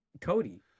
Cody